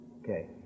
Okay